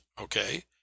okay